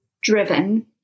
Driven